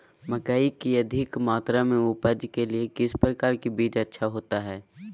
मकई की अधिक मात्रा में उपज के लिए किस प्रकार की बीज अच्छा होता है?